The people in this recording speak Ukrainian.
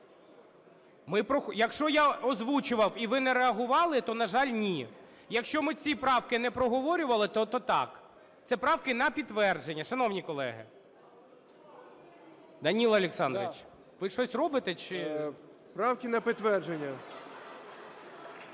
Якщо я озвучував і ви не реагували, то, на жаль, ні. Якщо ми ці правки не проговорювали, то так. Це правки на підтвердження, шановні колеги. Данило Олександрович, ви щось робите, чи… 14:01:44